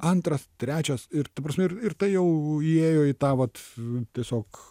antras trečias ir ta prasme ir ir tai jau įėjo į tą vat tiesiog